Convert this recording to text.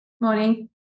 Morning